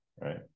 right